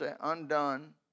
undone